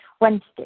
Wednesday